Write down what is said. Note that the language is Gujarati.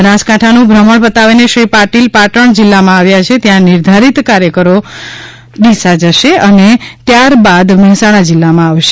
બનાસકાંઠાનું ભ્રમણ પતાવીને શ્રી પાટિલ પાટણ જિલ્લામાં આવ્યા છે ત્યાં નિર્ધારિત કાર્યકરો પતાવી ડીસા જશે અને ત્યારબાદ મહેસાણા જિલ્લામાં આવશે